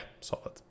solid